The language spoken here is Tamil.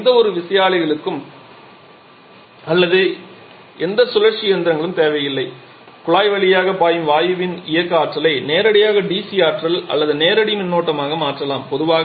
எங்களுக்கு எந்த விசையாழிகளும் அல்லது எந்த சுழற்சி இயந்திரங்களும் தேவையில்லை குழாய் வழியாக பாயும் வாயுவின் இயக்க ஆற்றலை நேரடியாக DC ஆற்றல் அல்லது நேரடி மின்னோட்டமாக மாற்றலாம்